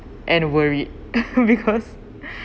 and worried because